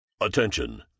Attention